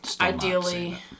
Ideally